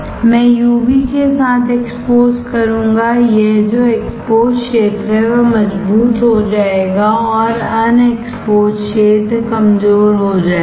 मैं यूवी के साथ एक्सपोज करूंगा यह जो एक्सपोज क्षेत्र है वह मजबूत हो जाएगा और अन एक्सपोज क्षेत्र कमजोर हो जाएगा